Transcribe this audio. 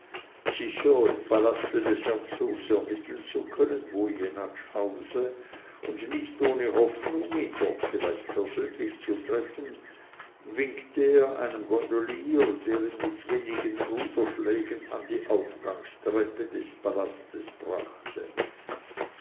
sicher im palaste des herzogs ermitteln zu können wo jenatsch hause und nicht ohne hoffnung ihn dort vielleicht persönlich zu treffen winkte er einem gondolier der ihn mit wenigen ruderschlägen an die aufgangstreppe des palastes brachte